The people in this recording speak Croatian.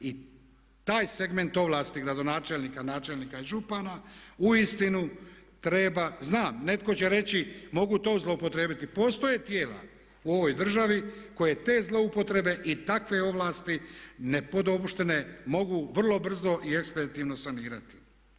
I taj segment ovlasti gradonačelnika, načelnika i župana uistinu treba, znam netko će reći, mogu to zlouporijebiti, postoje tijela u ovoj državi koje te zloupotrebe i takve ovlasti, nepodopštine mogu vrlo brzo i eksperativno sanirati.